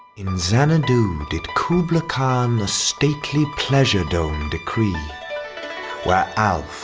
in xanadu did kubla khana stately pleasure-dome decree where alph,